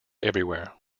everywhere